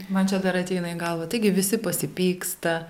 man čia ateina į galvą taigi visi pasipyksta